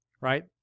right